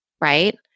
right